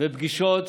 ופגישות